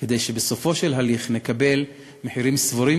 כדי שבסופו של הליך נקבל מחירים סבירים